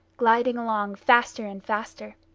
gliding along faster and faster.